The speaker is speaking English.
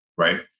Right